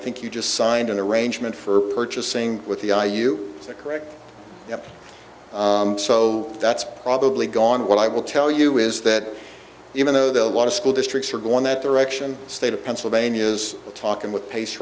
think you just signed an arrangement for purchasing with the i you are correct and so that's probably gone what i will tell you is that even though a lot of school districts are going that direction state of pennsylvania is talking with pace